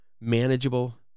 manageable